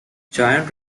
giant